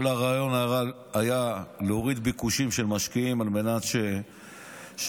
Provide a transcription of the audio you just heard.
כל הרעיון היה להוריד ביקושים של משקיעים על מנת שזוגות,